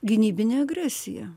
gynybinė agresija